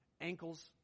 ankles